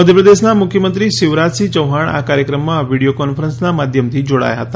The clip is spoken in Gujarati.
મધ્યપ્રદેશના મુખ્યમંત્રી શિવરાજસિંહ ચૌહાણ આ કાર્યક્રમમાં વિડીઓ કોન્ફરન્સના માધ્યમથી જોડાયા હતા